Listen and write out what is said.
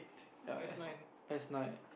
ya S S nine